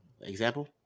example